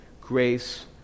grace